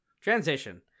Transition